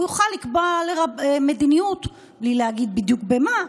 הוא יוכל לקבוע מדיניות בלי להגיד בדיוק במה,